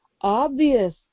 obvious